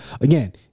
again